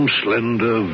slender